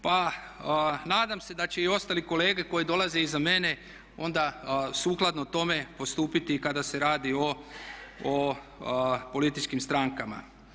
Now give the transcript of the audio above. Pa nadam se da će i ostali kolege koji dolaze iza mene onda sukladno tome postupiti i kada se radi o političkim strankama.